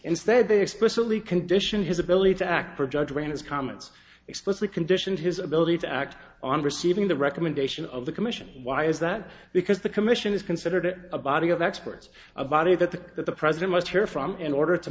instead they explicitly condition his ability to act or judge ran his comments explicitly conditioned his ability to act on receiving the recommendation of the commission why is that because the commission is considered a body of experts a body that the that the president must hear from in order to